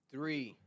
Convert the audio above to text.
Three